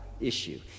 issue